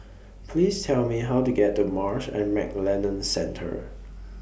Please Tell Me How to get to Marsh and McLennan Centre